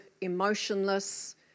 emotionless